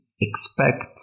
expect